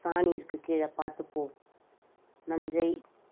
சாணி இருக்கு கீழே பார்த்துப் போ நஞ்சை